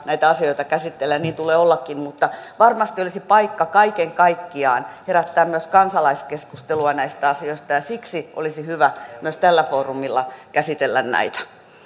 näitä asioita käsittelee niin tulee ollakin mutta varmasti olisi paikka kaiken kaikkiaan herättää myös kansalaiskeskustelua näistä asioista ja ja siksi olisi hyvä myös tällä foorumilla käsitellä näitä